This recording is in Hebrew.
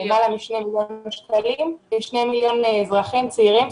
למעלה מ-2 מיליון אזרחים צעירים.